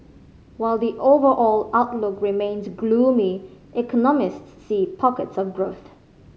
while the overall outlook remains gloomy economists see pockets of growth